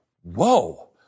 whoa